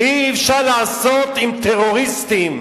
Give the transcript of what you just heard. אי-אפשר לעשות עם טרוריסטים,